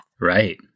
right